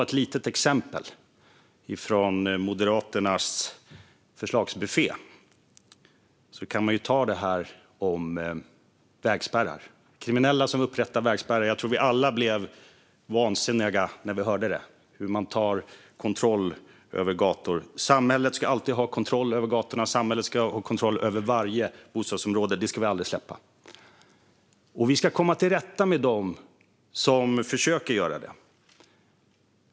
Ett litet exempel från Moderaternas förslagsbuffé handlar om kriminella som upprättar vägspärrar. Jag tror att vi alla blev vansinniga när vi hörde hur man tar kontroll över gatorna. Samhället ska alltid ha kontroll över gatorna och över varje bostadsområde. Det ska vi aldrig släppa. Vi ska komma till rätta med dem som försöker att göra det.